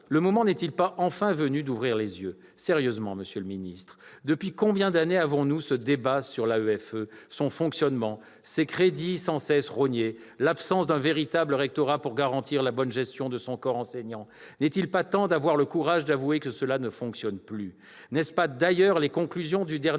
le moment n'est-il pas enfin venu d'ouvrir les yeux ? Sérieusement, monsieur le ministre, depuis combien d'années avons-nous ce débat sur l'AEFE, son fonctionnement, ses crédits sans cesse rognés, l'absence d'un véritable rectorat pour garantir la bonne gestion de son corps enseignant ? N'est-il pas temps d'avoir le courage d'avouer que cela ne fonctionne plus ?